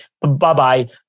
Bye-bye